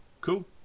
Cool